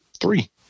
Three